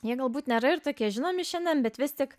jie galbūt nėra ir tokie žinomi šiandien bet vis tik